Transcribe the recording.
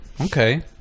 Okay